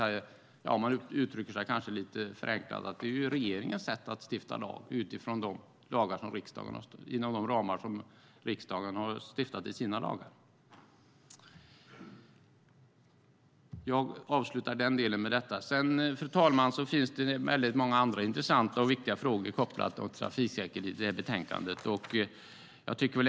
Om man uttrycker sig lite förenklat är det regeringens sätt att stifta lag inom ramen för de lagar som riksdagen har stiftat. Fru talman! Det finns många andra intressanta och viktiga frågor kopplade till trafiksäkerheten i detta betänkande.